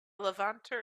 levanter